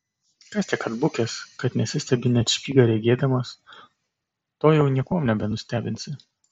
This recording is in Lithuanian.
kas tiek atbukęs kad nesistebi net špygą regėdamas to jau niekuom nebenustebinsi